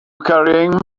carrying